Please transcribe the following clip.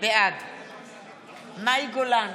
בעד מאי גולן,